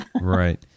right